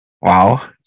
Wow